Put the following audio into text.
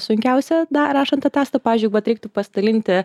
sunkiausia na rašant atastą pavyzdžiui vat reiktų pasidalinti